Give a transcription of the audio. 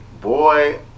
boy